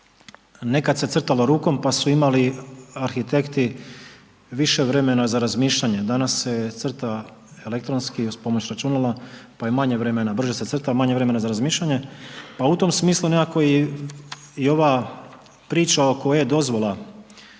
nekada crtalo rukom, pa su imali arhitekti više vremena za razmišljanje. Danas se crta elektronski uz pomoć računala, pa je manje vremena. Brže se crta, manje vremena za razmišljanje, pa u tom smislu nekako i ova i priča ok e-dozvola